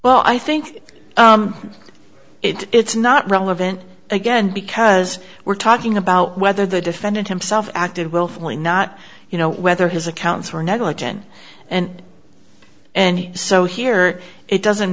well i think it's not relevant again because we're talking about whether the defendant himself acted willfully not you know whether his accounts were negligent and and so here it doesn't